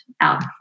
out